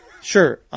sure